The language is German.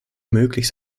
möglich